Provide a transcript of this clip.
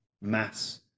mass